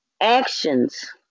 actions